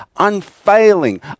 unfailing